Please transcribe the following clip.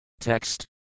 Text